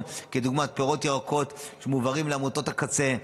כדוגמת פירות וירקות שמועברים לעמותות הקצה.